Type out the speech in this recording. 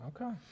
okay